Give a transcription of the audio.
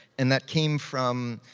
and that came from,